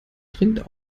trinkt